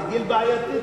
זה גיל בעייתי,